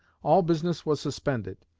all business was suspended.